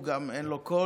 גם אין לו קול,